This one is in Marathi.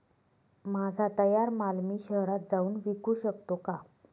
माझा तयार माल मी शहरात जाऊन विकू शकतो का?